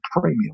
premium